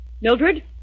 Mildred